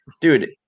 dude